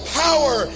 power